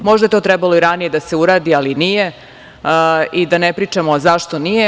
Možda je to trebalo i ranije da se uradi, ali nije i da ne pričamo zašto nije.